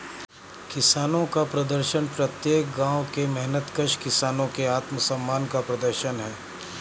किसानों का प्रदर्शन प्रत्येक गांव के मेहनतकश किसानों के आत्मसम्मान का प्रदर्शन है